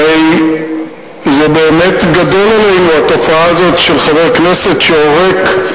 הרי זה באמת גדול עלינו התופעה הזאת של חבר כנסת שעורק,